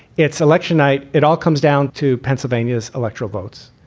it's election night. it all comes down to pennsylvania's electoral votes,